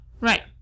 Right